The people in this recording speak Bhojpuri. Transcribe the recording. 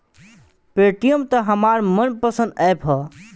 पेटीएम त हमार मन पसंद ऐप ह